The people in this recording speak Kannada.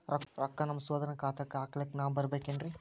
ರೊಕ್ಕ ನಮ್ಮಸಹೋದರನ ಖಾತಾಕ್ಕ ಹಾಕ್ಲಕ ನಾನಾ ಬರಬೇಕೆನ್ರೀ?